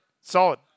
solid